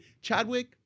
Chadwick